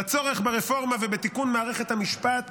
לצורך ברפורמה ובתיקון מערכת המשפט